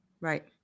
Right